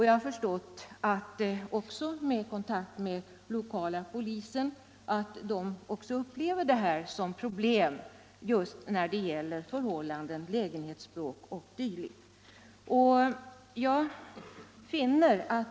Jag har vid kontakt med den lokala polisen förstått att man också där upplever detta som ett problem just när det gäller lägenhetsbråk o.d.